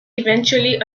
eventually